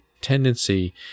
tendency